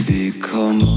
become